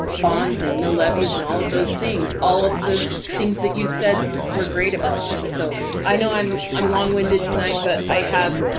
bonds and mill levies and all of those things. all of the things that you said were great about this, so i know i'm i'm long winded tonight, but i have,